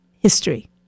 history